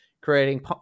creating